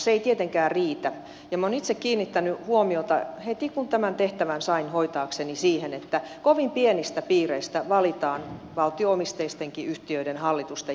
se ei tietenkään riitä ja minä olen itse kiinnittänyt huomiota heti kun tämän tehtävän sain hoitaakseni siihen että kovin pienistä piireistä valitaan valtio omisteistenkin yhtiöiden hallitusten jäsenet